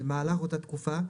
במהלך אותה תקופה,